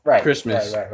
Christmas